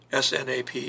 SNAP